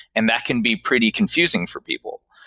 and that can be pretty confusing for people.